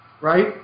right